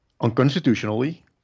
unconstitutionally